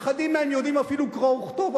אחדים מהם אפילו יודעים קרוא וכתוב,